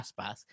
Aspas